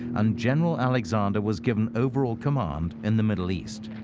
and general alexander was given overall command in the middle east.